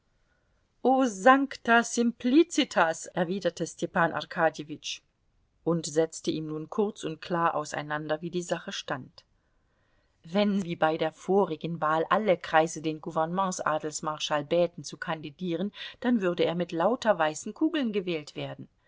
o sancta simplicitas erwiderte stepan arkadjewitsch und setzte ihm nun kurz und klar auseinander wie die sache stand wenn wie bei der vorigen wahl alle kreise den gouvernements adelsmarschall bäten zu kandidieren dann würde er mit lauter weißen kugeln gewählt werden